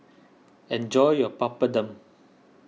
enjoy your Papadum